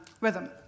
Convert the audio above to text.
rhythm